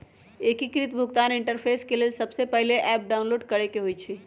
एकीकृत भुगतान इंटरफेस के लेल सबसे पहिले ऐप डाउनलोड करेके होइ छइ